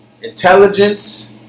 Intelligence